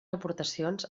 aportacions